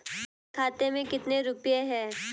मेरे खाते में कितने रुपये हैं?